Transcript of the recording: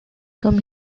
come